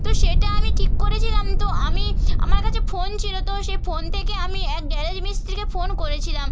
তো সেটা আমি ঠিক করেছিলাম তো আমি আমার কাছে ফোন ছিল তো সে ফোন থেকে আমি এক গ্যারেজ মিস্ত্রিকে ফোন করেছিলাম